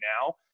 now